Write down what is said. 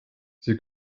sie